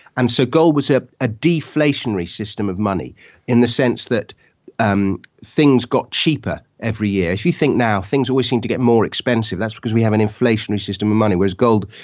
and so gold was a ah deflationary system of money in the sense that um things got cheaper every year. if you think now things always seem to get more expensive, that's because we have an inflationary system of money, whereas gold,